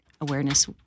Awareness